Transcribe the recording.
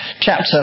chapter